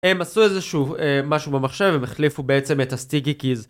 הם עשו איזשהו משהו במחשב ומחליפו בעצם את הסטיקי קיז